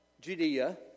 Judea